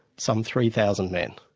some three thousand men.